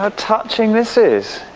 ah touching this is.